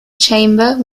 chamber